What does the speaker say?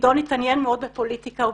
גדעון התעניין מאוד בפוליטיקה ובשירה.